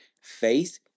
Faith